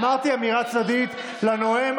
אמרתי אמירה צדדית לנואם,